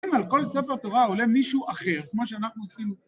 על כל ספר תורה עולה מישהו אחר, כמו שאנחנו עושים...